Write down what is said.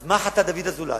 אז מה חטא דוד אזולאי?